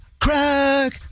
crack